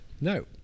No